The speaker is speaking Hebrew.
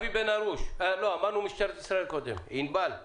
משטרת ישראל, ענבל אוטמזגין,